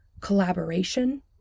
collaboration